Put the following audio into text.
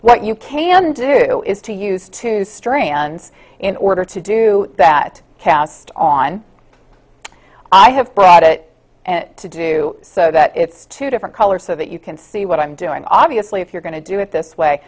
what you can do is to use two strands in order to do that cast on i have brought it to do so that it's two different color so that you can see what i'm doing obviously if you're going to do it this way